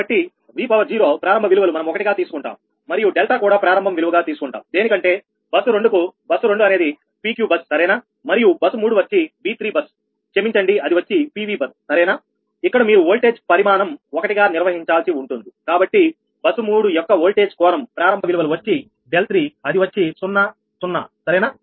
కాబట్టి 𝑉0 ప్రారంభ విలువలు మనం 1 గా తీసుకుంటాం మరియు డెల్టా కూడా ప్రారంభం విలువగా తీసుకుంటాం దేనికంటే బస్సు 2 కు బస్సు 2 అనేది PQ బస్ సరేనా మరియు బస్సు 3 వచ్చి V 3 బస్ క్షమించండి అది వచ్చి PV బస్ సరేనా ఇక్కడ మీరు ఓల్టేజ్ పరిమాణం ఒకటిగా నిర్వహించాల్సి ఉంటుందికాబట్టి బస్సు 3 యొక్క వోల్టేజ్ కోణం ప్రారంభ విలువలు వచ్చి 𝛿3 అది వచ్చి 0 0 సరేనా